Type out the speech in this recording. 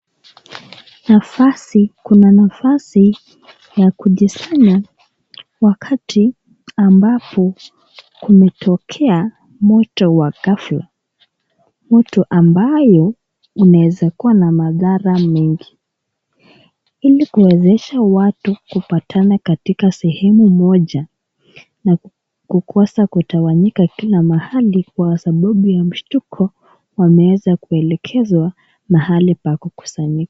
Nafasi, kuna nafasi ya kujisanya wakati ambapo kumetokea moto wa ghafla. Moto ambayo unaeza kuwa na madhara mengi. Ili kuwezesha watu kupatana katika sehemu moja na ku kwosa kutawanyika kila mahali kwa sababu ya mshtuko wameeza kuelekezwa mahali pako kukusanyi.